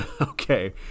Okay